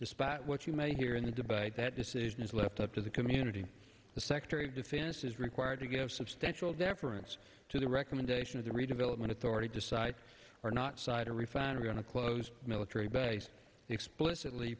despite what you may hear in the debate that decision is left up to the community the secretary of defense is required to give substantial deference to the recommendation of the redevelopment authority decide or not side a refinery going to close military base explicitly